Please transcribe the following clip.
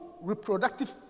reproductive